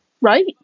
Right